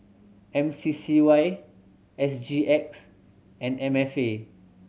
M C C Y S G X and M F A